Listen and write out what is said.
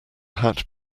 hat